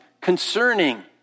concerning